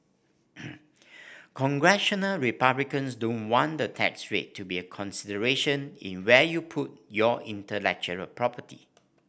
congressional republicans don't want the tax rate to be a consideration in where you put your intellectual property